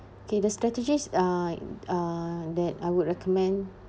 okay the strategies uh uh that I would recommend